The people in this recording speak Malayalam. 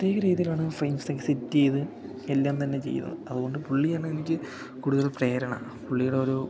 പ്രത്യേക രീതിയിലാണ് ഫ്രെയിംസ് സെറ്റ് ചെയ്ത് എല്ലാം തന്നെ ചെയ്യുന്നത് അത് കൊണ്ട് പുള്ളിയാണെനിക്ക് കൂടുതൽ പ്രേരണ പുള്ളിയുടെ ഓരോ